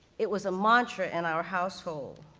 it was a mantra in our household.